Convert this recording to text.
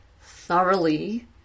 thoroughly